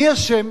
מי אשם?